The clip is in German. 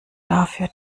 dafür